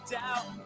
doubt